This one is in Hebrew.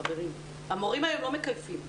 חברים, המורים היום לא מכייפים.